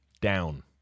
Down